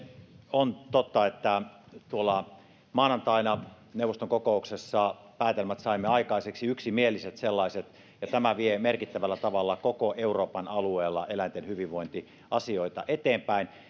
on totta että maanantaina neuvoston kokouksessa saimme aikaiseksi päätelmät yksimieliset sellaiset ja tämä vie merkittävällä tavalla koko euroopan alueella eläinten hyvinvointiasioita eteenpäin